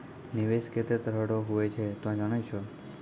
निवेश केतै तरह रो हुवै छै तोय जानै छौ